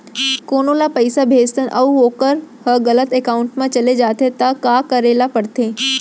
कोनो ला पइसा भेजथन अऊ वोकर ह गलत एकाउंट में चले जथे त का करे ला पड़थे?